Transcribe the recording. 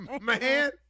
Man